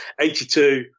82